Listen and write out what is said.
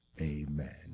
amen